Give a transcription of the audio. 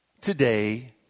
today